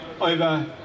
over